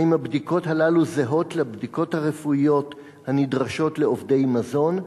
3. האם הבדיקות הללו זהות לבדיקות הרפואיות נדרשות לעובדי מזון?